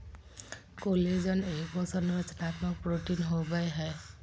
collagen एगो संरचनात्मक protein होबैय हइ